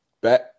Back